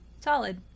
solid